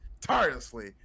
tirelessly